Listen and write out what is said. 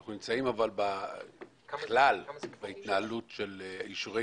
אבל אנחנו נמצאים בכלל בהתנהלות אישורי